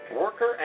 Worker